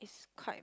it's quite